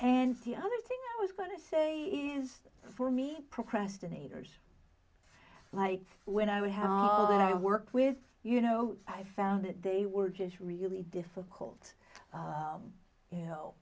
and the other thing i was going to say is for me procrastinators like when i would have all that i work with you know i found they were just really difficult you know